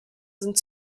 sind